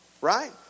Right